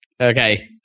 okay